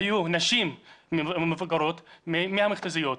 היו נשים מבוגרות -- -מהמכת"זיות.